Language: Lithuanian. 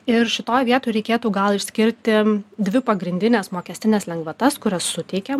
ir šitoj vietoj reikėtų gal išskirti dvi pagrindines mokestines lengvatas kurias suteikia